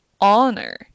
honor